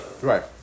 Right